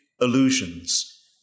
illusions